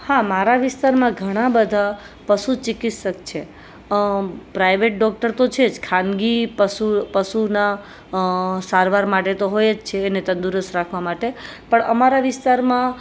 હા મારા વિસ્તારમાં ઘણા બધા પશુ ચિકિત્સક છે પ્રાઇવેટ ડોક્ટર તો છે જ ખાનગી પશુનાં સારવાર માટે તો હોય જ છે અને તંદુરસ્ત રાખવા માટે પણ અમારા વિસ્તારમાં